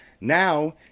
Now